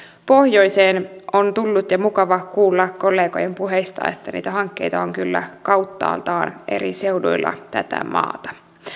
pohjoiseen on tullut ja on mukava kuulla kollegojen puheista että niitä hankkeita on kyllä kauttaaltaan eri seuduilla tätä maata